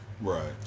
right